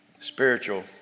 spiritual